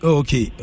okay